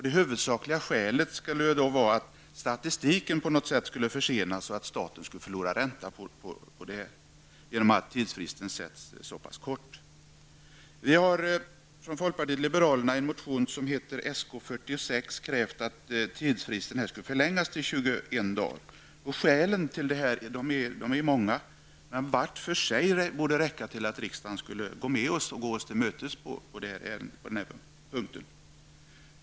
Det huvudsakliga skälet skulle då vara att statistiken annars skulle försenas och staten förlora ränta. Vi har från folkpartiet liberalerna i en motion, som heter Sk46, krävt att tidsfristen förlängs till 21 dagar. Skälen för det är många, men de borde vart och ett för sig räcka för att riksdagen skulle gå oss till mötes på den punkten.